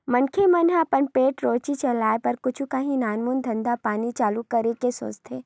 मनखे मन ल अपन पेट रोजी चलाय बर कुछु काही नानमून धंधा पानी चालू करे के सोचथे